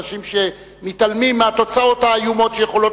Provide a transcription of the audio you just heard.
אנשים שמתעלמים מהתוצאות האיומות שיכולות